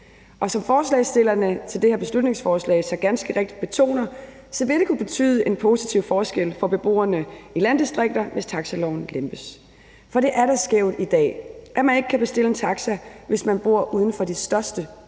Som forslagsstillerne til det her beslutningsforslag så ganske rigtigt betoner, vil det kunne betyde en positiv forskel for beboerne i landdistrikter, hvis taxiloven lempes. For det er da skævt i dag, at man ikke kan bestille en taxa, hvis man bor uden for de største